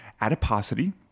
adiposity